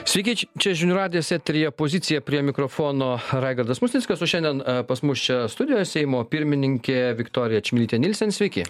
sveiki čia žinių radijas eteryje pozicija prie mikrofono raigardas musnickas o šiandien pas mus čia studijoje seimo pirmininkė viktorija čmilytė nilsen sveiki